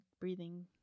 breathing